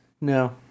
No